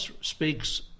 speaks